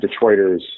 Detroiters